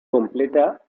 completa